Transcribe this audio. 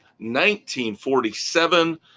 1947